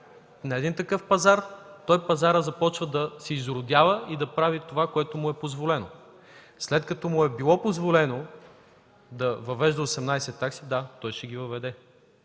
регулация на пазара, той започва да се изродява и да прави това, което му е позволено. След като му е било позволено да въведе 18 такси – да, той ще ги въведе!